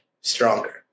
stronger